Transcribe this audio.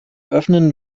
öffnen